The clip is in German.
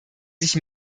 sich